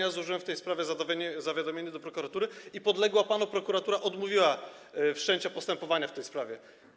Ja złożyłem w tej sprawie zawiadomienie do prokuratury, a podległa panu prokuratura odmówiła wszczęcia postępowania w tej sprawie.